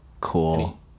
Cool